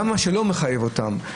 גם מה שלא מחייב אותם,